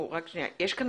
כאן